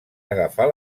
agafar